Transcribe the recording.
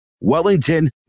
Wellington